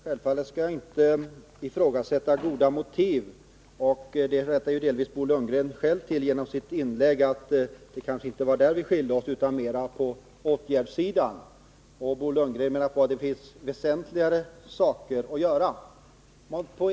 Herr talman! Självfallet skall jag inte ifrågasätta goda motiv. Bo Lundgren klargjorde ju delvis själv genom sitt inlägg att det kanske inte var när det gällde motiven som vi skilde oss utan snarare när det gällde åtgärdssidan. Bo Lundgren menade att det finns väsentligare saker att göra.